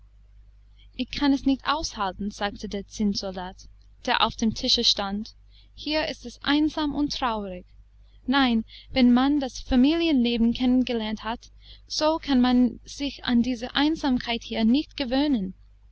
ich kann es nicht aushalten sagte der zinnsoldat der auf dem tische stand hier ist es einsam und traurig nein wenn man das familienleben kennen gelernt hat so kann man sich an diese einsamkeit hier nicht gewöhnen